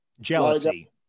Jealousy